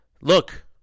Look